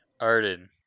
Arden